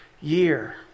year